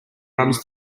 runs